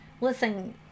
listen